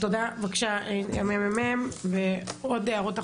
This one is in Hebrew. בבקשה, הממ"מ, ועוד הערות אחרונות.